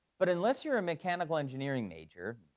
but, unless you're a mechanical engineering major,